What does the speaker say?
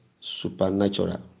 supernatural